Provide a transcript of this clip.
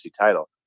title